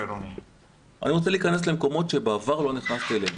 אני רוצה להיכנס מקומות שבעבר לא נכנסתי אליהם.